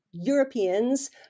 Europeans